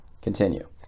Continue